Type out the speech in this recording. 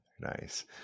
Nice